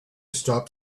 stop